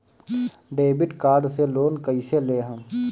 Debit card से loan कईसे लेहम?